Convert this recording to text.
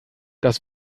das